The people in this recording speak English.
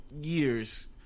years